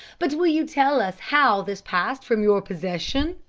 but will you tell us how this passed from your possession.